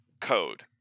code